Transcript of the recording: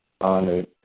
honored